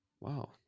Wow